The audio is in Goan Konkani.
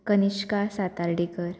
कनिश्का सातार्डेकर